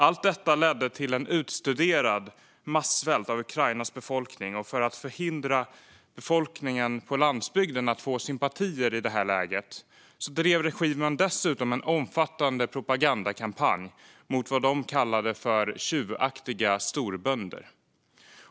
Allt detta ledde till en utstuderad massvält för Ukrainas befolkning, och för att förhindra att befolkningen på landsbygden skulle få sympatier i det läget drev regimen dessutom en omfattande propagandakampanj mot vad de kallade för tjuvaktiga storbönder.